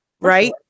Right